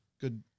good